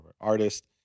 artist